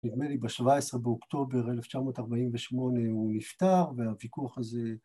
נדמה לי, ב-17 באוקטובר 1948 הוא נפטר, והוויכוח הזה...